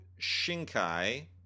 Shinkai